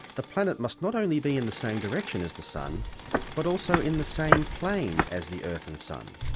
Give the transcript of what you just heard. the planet must not only be in the same direction as the sun but also in the same plane as the earth and sun.